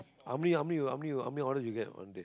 how many how many how many how many orders you get one day